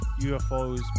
UFOs